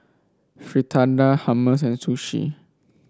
Fritada Hummus and Sushi